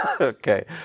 Okay